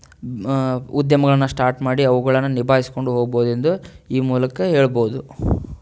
ಉದ್ಯಮಗಳನ್ನು ಸ್ಟಾರ್ಟ್ ಮಾಡಿ ಅವುಗಳನ್ನು ನಿಭಾಯಿಸ್ಕೊಂಡು ಹೋಗ್ಬೌದೆಂದು ಈ ಮೂಲಕ ಹೇಳ್ಬೋದು